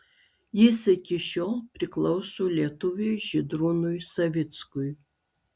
jis iki šiol priklauso lietuviui žydrūnui savickui